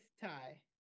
tie